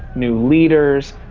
new leaders,